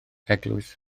eglwys